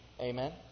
Amen